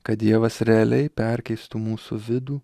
kad dievas realiai perkeistų mūsų vidų